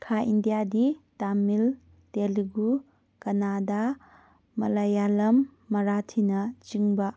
ꯈꯥ ꯏꯟꯗꯤꯌꯥꯗꯤ ꯇꯥꯃꯤꯜ ꯇꯦꯂꯤꯒꯨ ꯀꯅꯥꯗꯥ ꯃꯂꯥꯌꯥꯂꯝ ꯃꯔꯥꯊꯤꯅꯆꯤꯡꯕ